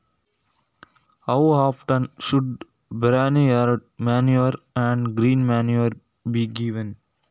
ಕೊಟ್ಟಿಗೆ ಗೊಬ್ಬರ ಮತ್ತು ಹಸಿರೆಲೆ ಗೊಬ್ಬರವನ್ನು ಎಷ್ಟು ಬಾರಿ ನೀಡಬೇಕು?